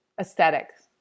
aesthetics